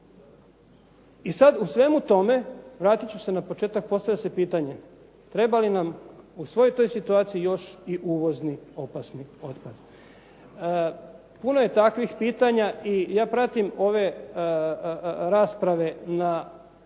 I sada u svemu tome, vratiti ću se na početak, postavlja se pitanje treba li nam u svoj toj situaciji još i uvozni opasni otpad. Puno je takvih pitanja i ja pratim ove rasprave na